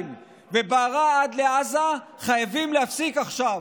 ובערה עד לעזה חייבים להפסיק עכשיו.